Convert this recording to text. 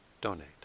donate